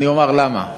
ואני אומר למה.